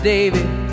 David